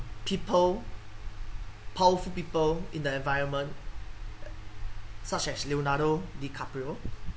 people powerful people in the environment such as leonardo dicaprio